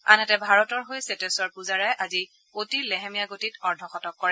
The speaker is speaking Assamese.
আনহাতে ভাৰতৰ হৈ শ্বেতেখৰ পূজাৰাই আজি অতি লেহেমীয়া গতিত অৰ্ধশতক কৰে